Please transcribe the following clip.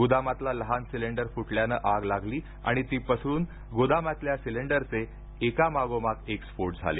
गोदामातला लहान सिलेंडर फुटल्यानं आग लागली आणि ती पसरून गोदामातल्या सिलेंडरचेएकामागोमाग एक स्फोट झाले